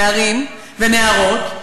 נערים ונערות,